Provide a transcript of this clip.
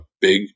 big